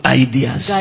ideas